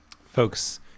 Folks